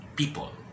people